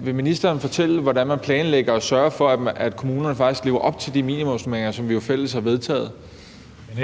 vil ministeren fortælle mig, hvordan man planlægger at sørge for, at kommunerne faktisk lever op til de minimumsnormeringer, som vi i fællesskab har vedtaget? Kl.